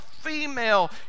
female